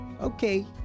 Okay